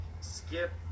Skip